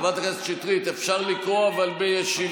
חברת הכנסת שטרית, אפשר לקרוא, אבל בישיבה.